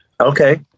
Okay